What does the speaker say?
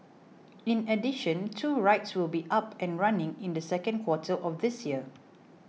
in addition two rides will be up and running in the second quarter of this year